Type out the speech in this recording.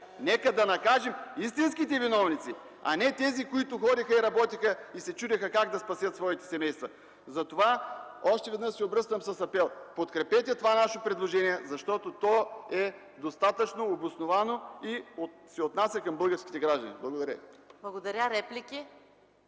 Нека да накажем истинските виновници, а не тези, които ходиха, работиха и се чудиха как да спасят своите семейства. Още веднъж се обръщам с апел: подкрепете нашето предложение, защото то е достатъчно обосновано и се отнася към българските граждани. Благодаря. ПРЕДСЕДАТЕЛ